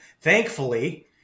thankfully